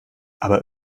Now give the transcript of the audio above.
aber